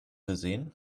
gesehen